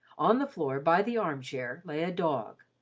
on the floor, by the arm-chair, lay a dog,